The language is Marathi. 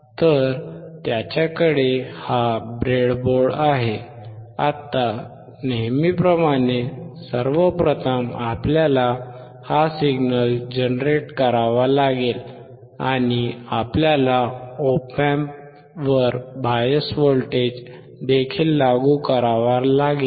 तर त्याच्याकडे हा ब्रेडबोर्ड आहे आता नेहमीप्रमाणे सर्वप्रथम आपल्याला हा सिग्नल जनरेट करावा लागेल आणि आपल्याला op amp वर बायस व्होल्टेज देखील लागू करावा लागेल